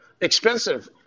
Expensive